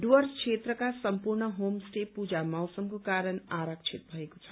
डुवर्स क्षेत्रका सम्पूर्ण home stay puja मौसमको कारण आरक्षित भएको छ